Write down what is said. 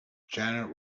janet